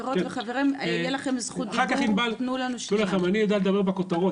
תדעו לכם אני יודע לדבר בכותרות,